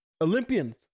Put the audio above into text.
Olympians